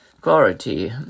Quality